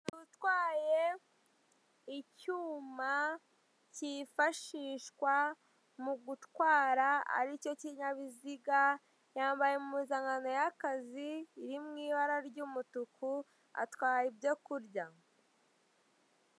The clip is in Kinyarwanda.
Utwaye icyuma cyifashishwa mu gutwara aricyo kinyabiziga yambaye impupuzankano y'akazi iri mu ibara ry'umutuku atwaye ibyo kurya.